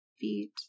feet